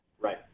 Right